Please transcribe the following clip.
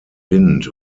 wind